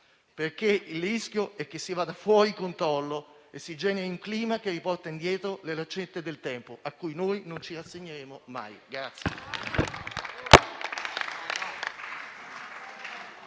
perché il rischio è che si vada fuori controllo e si generi un clima che riporta indietro le lancette del tempo, a cui noi non ci rassegneremo mai.